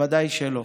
בוודאי שלא.